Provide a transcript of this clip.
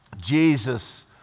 Jesus